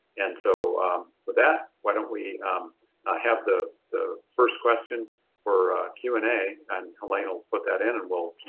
and so with that, why don't we have the the first question for q and a and elena will put that in and we'll